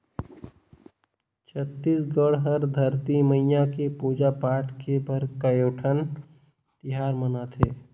छत्तीसगढ़ हर धरती मईया के पूजा पाठ करे बर कयोठन तिहार मनाथे